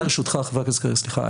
ברשותך, חבר הכנסת קריב, סליחה.